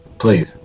please